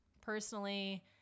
personally